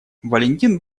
валентин